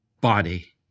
body